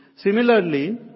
Similarly